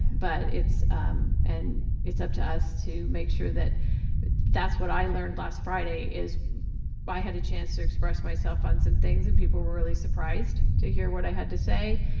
but it's and it's up to us to make sure that that's what i learned last friday is i had a chance to express myself on some things and people were really surprised to hear what i had to say.